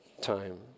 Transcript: time